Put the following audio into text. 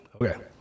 Okay